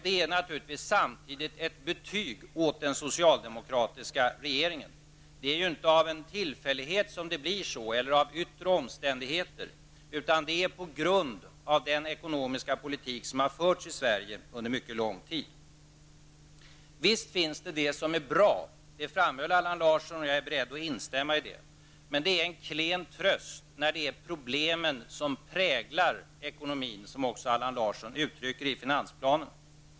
Det är naturligtvis samtidigt ett betyg åt den socialdemokratiska regeringen. Det är ju inte av en tillfällighet som det blir så, och det beror inte på yttre omständigheter, utan det är en följd av den ekonomiska politik som förts i Sverige under mycket lång tid. Visst finns det sådant som är bra -- det framhöll Allan Larsson, och jag är beredd att instämma i det. Men det är en klen tröst när det är problemen som präglar ekonomin, något som Allan Larsson också framhåller i finansplanen.